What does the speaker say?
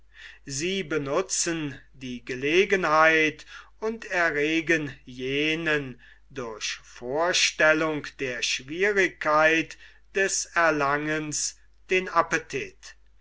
sie benutzen die gelegenheit und erregen jenen durch vorstellung der schwierigkeit des erlangens den appetit